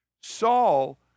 Saul